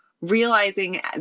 realizing